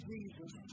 Jesus